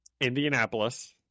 indianapolis